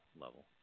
level